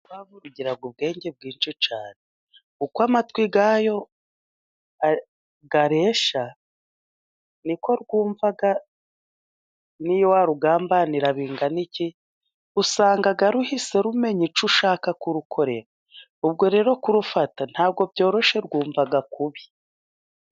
Urukwavu rugira ubwenge bwinshi cyane. Uko amatwi yarwo areshya, ni ko rwumva. Niyo warugambanira bingana iki usanga ruhise rumenya icyo ushaka kurukorera. Ubwo rero kurufata ntabwo byoroshye rwumva kubi.